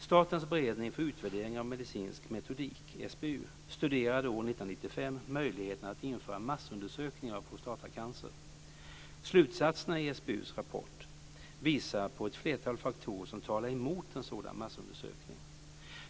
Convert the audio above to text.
Statens beredning för utvärdering av medicinsk metodik, SBU, studerade år 1995 möjligheterna att införa massundersökningar av prostatacancer. Slutsatserna i SBU:s rapport visar på ett flertal faktorer som talar emot en sådan massundersökning.